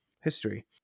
history